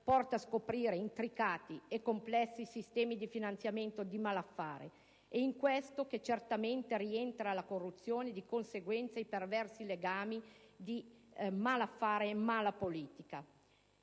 porta a scoprire intricati e complessi sistemi di finanziamento del malaffare ed è in questo che certamente rientra la corruzione e, di conseguenza, i perversi legami tra malaffare e mala politica.